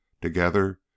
together